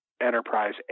Enterprise